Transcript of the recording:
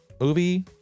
movie